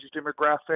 demographic